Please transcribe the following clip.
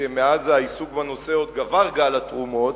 שמאז העיסוק בנושא עוד גבר גל התרומות,